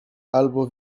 albo